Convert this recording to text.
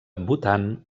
bhutan